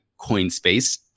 Coinspace